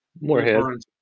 Morehead